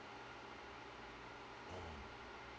mm